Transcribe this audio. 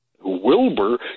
Wilbur